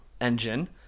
Engine